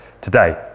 today